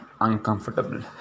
uncomfortable